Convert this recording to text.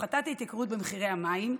הפחתת ההתייקרויות במחירי המים,